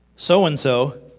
so-and-so